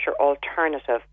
alternative